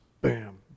bam